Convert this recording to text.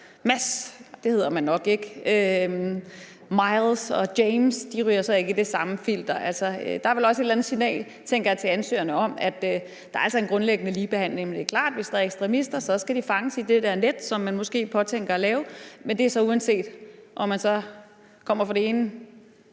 andet filter, hvorimod Miles og James ikke ryger i det samme filter? Jeg tænker, at der vel også er et eller andet signal til ansøgerne om, at der altså er en grundlæggende ligebehandling. Det er klart, at hvis der er ekstremister, skal de fanges i det der net, som man måske påtænker at lave, men det er så uanset, om man kommer fra det ene